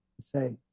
say